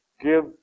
give